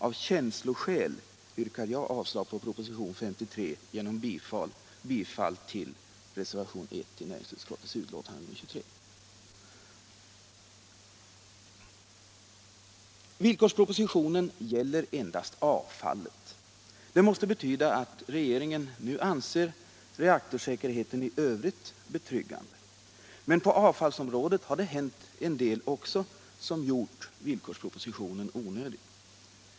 Av säkerhetsskäl yrkar jag avslag på propositionen 1976 77:23. Villkorspropositionen gäller endast avfallet. Det måste betyda att re Nr 107 geringen nu anser reaktorsäkerheten i övrigt betryggande. Men på av Torsdagen den fallsområdet har det också hänt en del som gjort villkorspropositionen 14 april 1977 onödig.